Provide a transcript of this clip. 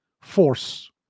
force